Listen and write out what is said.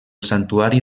santuari